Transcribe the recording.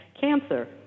cancer